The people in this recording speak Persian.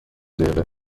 دقیقه